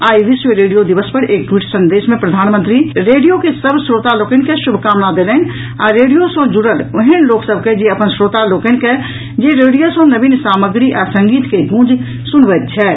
आइ विश्व रेडियो दिवस पर एक ट्वीट संदेश मे प्रधनमंत्री रेडियो के सभ श्रोता लोकनि के शुभकामना देलनि आ रेडियो सॅ जुड़ल ओहेन लोक सभ के जे अपन श्रोता लोकनि के जे रेडियो सॅ नवीन सामग्री आ संगीत के गूंज सुनबैत छथि